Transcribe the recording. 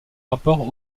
rapport